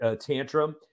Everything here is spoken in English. tantrum